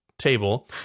table